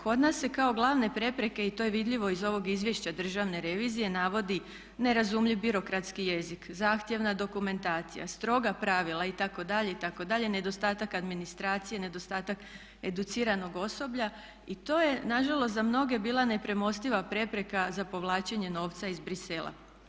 Kod nas se kao glavne prepreke i to je vidljivo iz ovog izvješća Državne revizije navodi ne razumljiv birokratski jezik, zahtjevna dokumentacija, stroga pravila itd. itd. nedostatak administracije, nedostatak educiranog osoblja i to je nažalost za mnoge bila nepremostiva prepreka za povlačenje novca iz Bruxellesa.